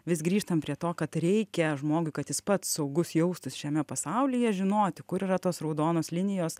vis grįžtam prie to kad reikia žmogui kad jis pats saugus jaustųsi šiame pasaulyje žinoti kur yra tos raudonos linijos